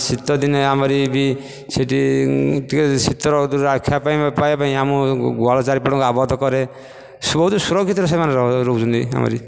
ଶୀତଦିନେ ଆମର ବି ସେଇଠି ଟିକିଏ ଶୀତରୁ ରକ୍ଷା ପାଇବା ପାଇଁ ଆମ ଗୁହାଳ ଚାରିପଟକୁ ଆବଦ୍ଧ କରେ ସେ ବହୁତ ସୁରକ୍ଷିତରେ ସେମାନେ ରହୁଛନ୍ତି ଆମରି